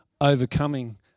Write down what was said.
overcoming